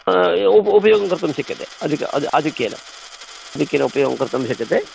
अ उपयोगं कर्तुं शक्यते आधिक्येन आधिक्येन उपयोगः कर्तुं शक्यते